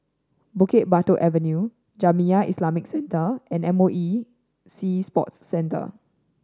Bukit Batok Avenue Jamiyah Islamic Centre and M O E Sea Sports Centre